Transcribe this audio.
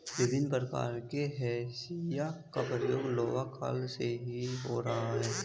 भिन्न प्रकार के हंसिया का प्रयोग लौह काल से ही हो रहा है